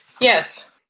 Yes